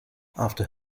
after